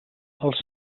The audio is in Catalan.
els